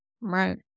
right